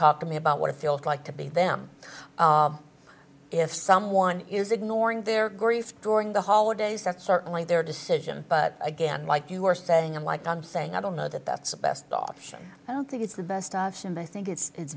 talk to me about what it feels like to be them if someone is ignoring their grief during the holidays that's certainly their decision but again like you were saying i'm like i'm saying i don't know that that's a best option i don't think it's the best option but i think it's